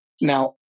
Now